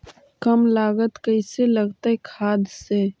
कम लागत कैसे लगतय खाद से?